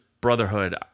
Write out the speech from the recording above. Brotherhood